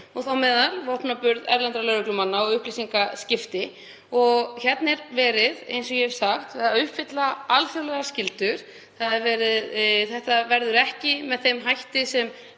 þar á meðal um vopnaburð erlendra lögreglumanna og upplýsingaskipti. Hérna er verið, eins og ég hef sagt, að uppfylla alþjóðlegar skyldur. Þetta verður ekki með þeim hætti sem